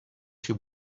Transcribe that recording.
she